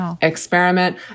experiment